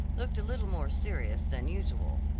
looked a little more serious than usual.